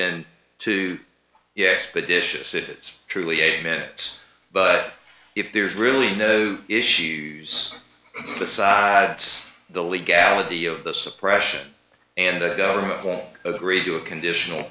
been too yes but dishes it is truly a minutes but if there's really no issues besides the legality of the suppression and the government won't agree to a conditional